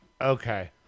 Okay